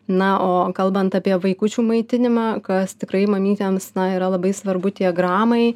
na o kalbant apie vaikučių maitinimą kas tikrai mamytėms na yra labai svarbu tie gramai